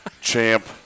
Champ